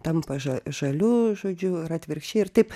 tampa ža žaliu žodžiu ir atvirkščiai ir taip